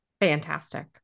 Fantastic